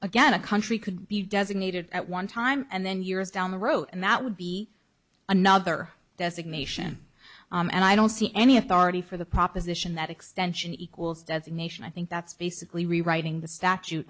again a country could be designated at one time and then years down the road and that would be another designation and i don't see any authority for the proposition that extension equals designation i think that's basically rewriting the statute